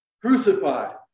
crucified